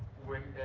when,